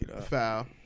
foul